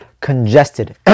Congested